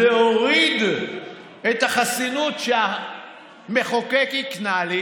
להוריד את החסינות שהמחוקק הקנה לי